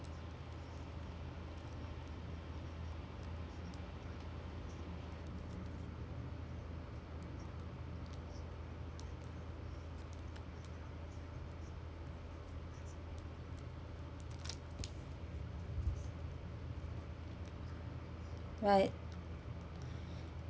right